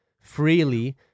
freely